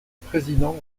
président